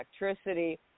electricity